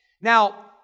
Now